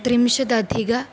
त्रिंशदधिक